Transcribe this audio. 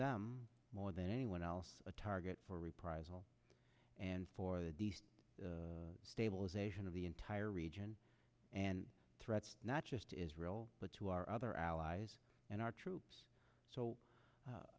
them more than anyone else a target for reprisal and for the decent stabilization of the entire region and threats not just israel but to our other allies and our troops so